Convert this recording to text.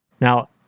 Now